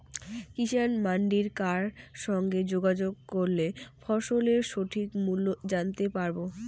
কিষান মান্ডির কার সঙ্গে যোগাযোগ করলে ফসলের সঠিক মূল্য জানতে পারবো?